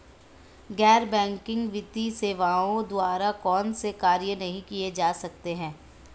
गैर बैंकिंग वित्तीय सेवाओं द्वारा कौनसे कार्य नहीं किए जा सकते हैं?